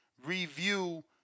review